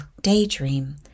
daydream